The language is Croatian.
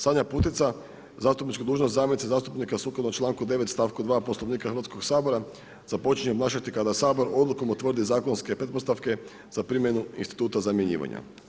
Sanja Putica zastupničku dužnost zamjenice zastupnika sukladno članku 9. stavku 2. Poslovnika Hrvatskog sabora započinje obnašati kada Sabor odlukom utvrdi zakonske pretpostavke za primjenu instituta zamjenjivanja.